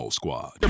squad